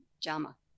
JAMA